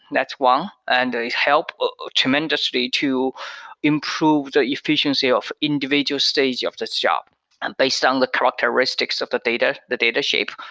that's one. and it helped tremendously to improve the efficiency of individual stage of this job and based on the characteristics of the data, the data shape.